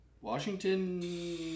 Washington